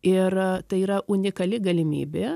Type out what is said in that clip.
ir tai yra unikali galimybė